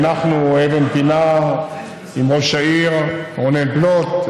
הנחנו אבן פינה עם ראש העיר רונן פלוט,